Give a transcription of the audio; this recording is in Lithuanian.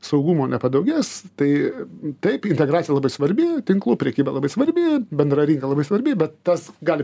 saugumo nepadaugės tai taip integracija labai svarbi tinklų prekyba labai svarbi bendra rinka labai svarbi bet tas gali